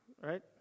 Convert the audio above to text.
right